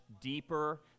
deeper